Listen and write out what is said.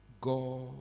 God